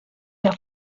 der